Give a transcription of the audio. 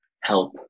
help